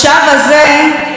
המושב הזה,